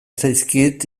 zaizkit